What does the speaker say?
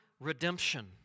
redemption